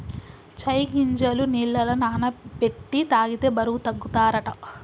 చై గింజలు నీళ్లల నాన బెట్టి తాగితే బరువు తగ్గుతారట